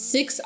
Six